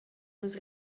nus